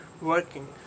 Working